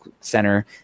center